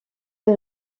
des